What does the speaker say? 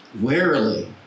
warily